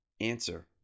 Answer